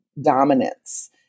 Dominance